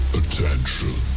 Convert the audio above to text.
attention